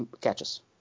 catches